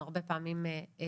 אנחנו הרבה פעמים ובכלל